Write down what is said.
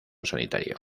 sanitario